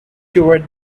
toward